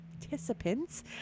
participants